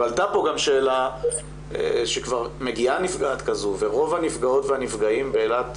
ועלתה פה גם שאלה שכבר מגיעה נפגעת כזאת ורוב הנפגעות והנפגעים באילת,